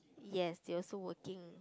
yes they also working